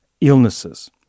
illnesses